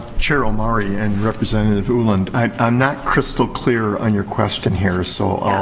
chair omari and representative ulland, i'm not crystal clear on your question here. so